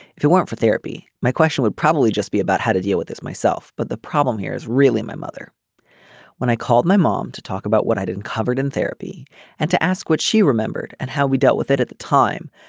if it weren't for therapy my question would probably just be about how to deal with this myself. but the problem here is really my mother when i called my mom to talk about what i didn't covered in therapy and to ask what she remembered and how we dealt with it at the time.